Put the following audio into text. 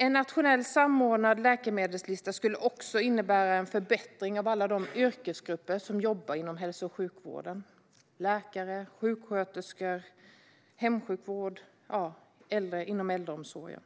En nationellt samordnad läkemedelslista skulle också innebära en förbättring för alla yrkesgrupper som jobbar inom hälso och sjukvården - läkare, sjuksköterskor - och inom hemsjukvård och äldreomsorg.